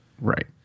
Right